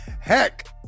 heck